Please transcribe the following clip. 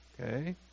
okay